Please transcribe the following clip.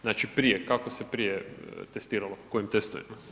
Znači, prije, kako se prije testiralo, kojim testovima?